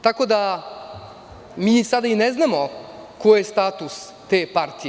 Tako da, mi sada i ne znamo koji je status te partije.